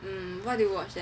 mm what do you watch then